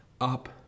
up